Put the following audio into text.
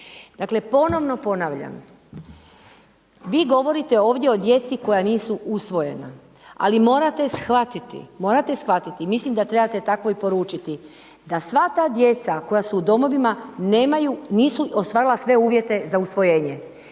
Dakle ponovno ponavljam, vi govorite ovdje o djeci koja nisu usvojena, ali morate shvatiti, morate shvatiti i mislim da trebate tako i poručiti da sva ta djeca koja su u domovima nemaju, nisu ostvarila sve uvjete za usvojenje.